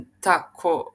הפנטקוסטלית